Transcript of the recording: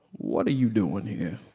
what are you doing here?